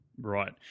Right